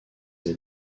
est